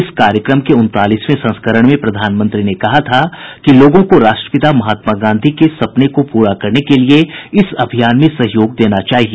इस कार्यक्रम के उनतालीसवें संस्करण में प्रधानमंत्री ने कहा था कि लोगों को राष्ट्रपिता महात्मा गांधी के सपने को पूरा करने के लिए इस अभियान में सहयोग देना चाहिए